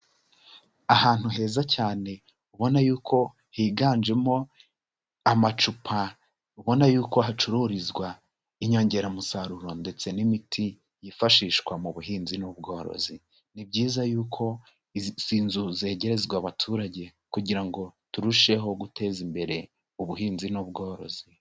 Ahantu heza cyane ubona yuko higanjemo amacupa, ubona yuko hacururizwa inyongeramusaruro ndetse n'imiti yifashishwa mu buhinzi n'ubworozi, ni byiza yuko izi nzu zegerezwa abaturage, kugira ngo turusheho guteza imbere ubuhinzi n'ubworozi.